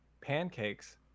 Pancakes